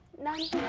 nice